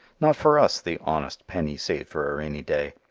not for us the honest penny saved for a rainy day.